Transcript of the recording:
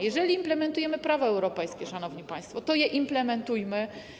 Jeżeli implementujemy prawo europejskie, szanowni państwo, to je implementujmy.